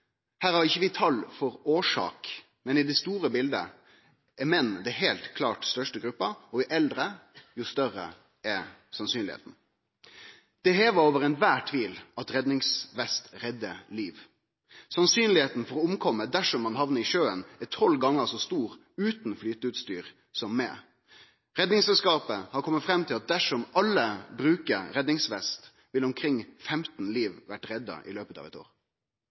Her har ikkje vi tal for årsak, men i det store bildet er menn den heilt klart største gruppa, og jo eldre, jo større er sjansen. Det er heva over all tvil at redningsvest reddar liv. Sjansen for å omkome dersom ein havnar i sjøen, er tolv gonger så stor utan flyteutstyr som med. Redningsselskapet har kome fram til at dersom alle brukte redningsvest, ville omkring 15 liv vore redda i løpet av eitt år.